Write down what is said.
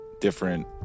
different